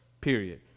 Period